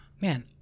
man